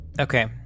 Okay